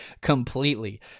completely